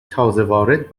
تازهوارد